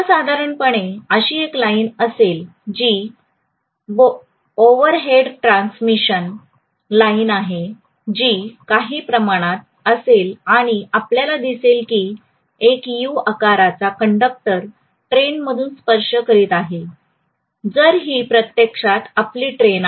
साधारणपणे अशी एक लाइन असेल जी ओव्हरहेड ट्रान्समिशन लाइन जी काही प्रमाणात असेल आणि आपल्याला दिसेल की एक यू आकाराचा कंडक्टर ट्रेनमधून स्पर्श करीत आहे तर ही प्रत्यक्षात आपली ट्रेन आहे